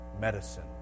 medicine